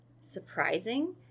surprising